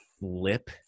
lip